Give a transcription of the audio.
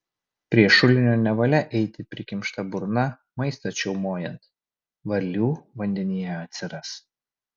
prie šulinio nevalia eiti prikimšta burna maistą čiaumojant varlių vandenyje atsiras